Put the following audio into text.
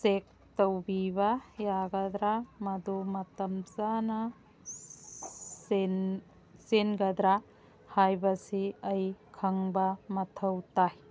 check ꯇꯧꯕꯤꯕ ꯌꯥꯒꯗ꯭ꯔ ꯃꯗꯨ ꯃꯇꯝ ꯆꯥꯅ ꯆꯦꯟꯒꯗ꯭ꯔ ꯍꯥꯏꯕꯁꯤ ꯑꯩ ꯈꯪꯕ ꯃꯊꯧ ꯇꯥꯏ